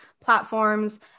platforms